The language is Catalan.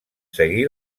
seguí